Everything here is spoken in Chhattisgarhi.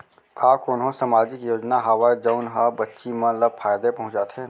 का कोनहो सामाजिक योजना हावय जऊन हा बच्ची मन ला फायेदा पहुचाथे?